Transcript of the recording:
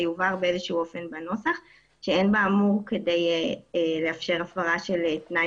שיובהר באיזשהו אופן בנוסח שאין באמור כדי לאפשר הפרה של תנאי